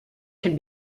can